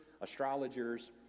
astrologers